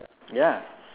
ya